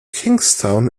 kingstown